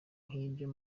nk’ibyo